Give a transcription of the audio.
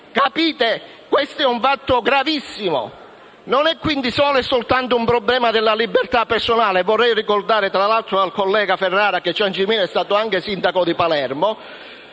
Capite: questo è un fatto gravissimo. Non è quindi solo e soltanto un problema della libertà personale di un cittadino - vorrei ricordare, tra l'altro, al collega Ferrara che Ciancimino è stato anche sindaco di Palermo